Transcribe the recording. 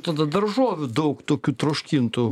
tada daržovių daug tokių troškintų